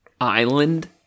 island